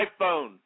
iPhone